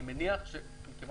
אני מניח, מכיוון